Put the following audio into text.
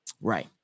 Right